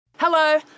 Hello